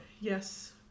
Yes